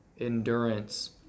endurance